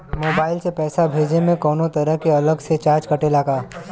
Mobile से पैसा भेजे मे कौनों तरह के अलग से चार्ज कटेला का?